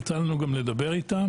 יצא לנו גם לדבר איתם